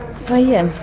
so yes,